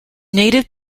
native